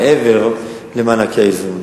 מעבר למענקי האיזון.